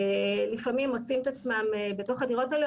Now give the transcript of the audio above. לפעמים מוצאים את עצמם בתוך הדירות האלה,